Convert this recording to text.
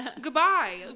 Goodbye